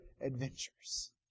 adventures